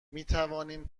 میتوانیم